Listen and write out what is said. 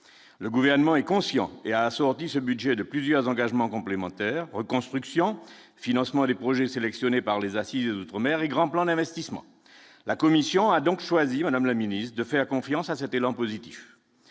le gouvernement est conscient et a assorti ce budget de plusieurs engagements complémentaires reconstruction financement des projets sélectionnés par les assises mer et grand plan d'investissement, la commission a donc choisi, Madame la ministre de faire confiance à cet élan positif